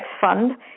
fund